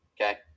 okay